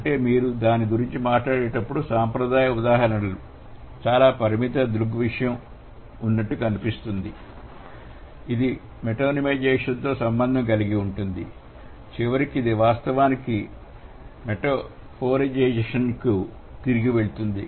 అంటే మీరు దాని గురించి మాట్లాడేటప్పుడు సంప్రదాయ ఉదాహరణలు చాలా పరిమిత దృగ్విషయం ఉన్నట్లు అనిపిస్తుంది ఇది మెటోనిమైజేషన్ తో సంబంధం కలిగి ఉంటుంది చివరికి ఇది వాస్తవానికి మెటఫోరిజేషన్కు తిరిగి వెళుతుంది